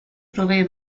provee